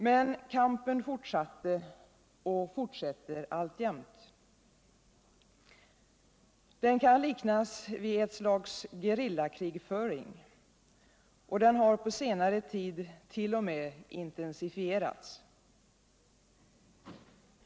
Men kampen fortsatte och fortsätter alltjämt. Den kan liknas vid ett slags gerillakrigföring och den har på senare tid t.o.m. intensifierats.